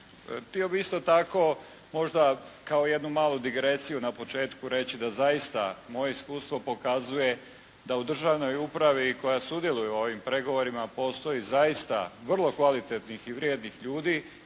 Htio bih isto tako možda kao jednu malu digresiju na početku reći da zaista moje iskustvo pokazuje da u državnoj upravi koja sudjeluje u ovim pregovorima postoji zaista vrlo kvalitetnih i vrijednih ljudi